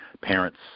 Parents